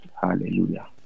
Hallelujah